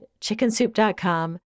chickensoup.com